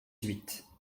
huit